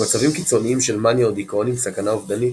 במצבים קיצוניים של מאניה או דיכאון עם סכנה אובדנית,